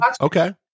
Okay